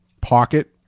pocket